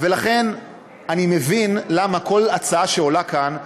ולכן אני מבין למה כל הצעה שעולה כאן,